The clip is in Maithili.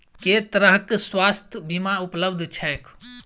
केँ तरहक स्वास्थ्य बीमा उपलब्ध छैक?